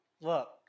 Look